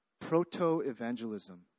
Proto-evangelism